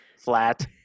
Flat